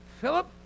Philip